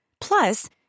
Plus